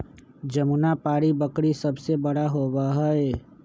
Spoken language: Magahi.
जमुनापारी बकरी सबसे बड़ा होबा हई